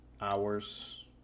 hours